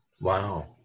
Wow